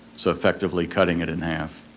so effectively cutting it in half.